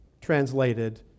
translated